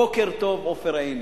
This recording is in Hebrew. בוקר טוב לעופר עיני.